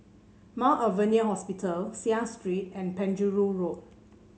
Mount Alvernia Hospital Seah Street and Penjuru Road